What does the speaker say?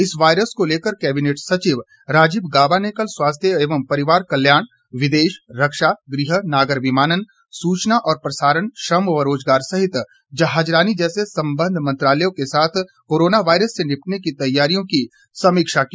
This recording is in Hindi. इस वायरस को लेकर कैबिनेट सचिव राजीव गाबा ने कल स्वास्थ्य एवं परिवार कल्याण विदेश रक्षा गृह नागर विमानन सूचना और प्रसारण श्रम व रोजगार सहित जहाजराणी जैसे संबद्व मंत्रालयों के साथ कोरोना वायरस से निपटने की तैयारियों की समीक्षा की